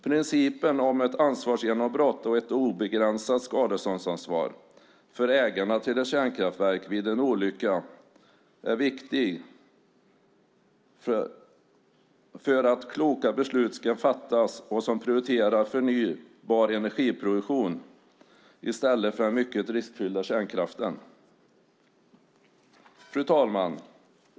Principen om ett ansvarsgenombrott och ett obegränsat skadeståndsansvar för ägarna till ett kärnkraftverk vid en olycka är viktig för att kloka beslut ska fattas och som prioriterar förnybar energiproduktion i stället för den mycket riskfyllda kärnkraften. Fru talman!